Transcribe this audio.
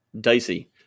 dicey